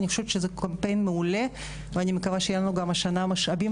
אני חושבת שזה קמפיין מעולה ואני מקווה שיהיו לנו גם השנה משאבים